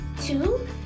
two